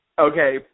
Okay